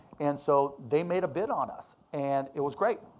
and so they made a bid on us. and it was great.